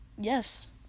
yes